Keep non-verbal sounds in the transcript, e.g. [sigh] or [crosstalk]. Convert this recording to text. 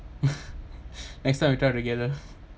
[laughs] next time we try together